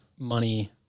Money